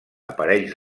aparells